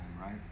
right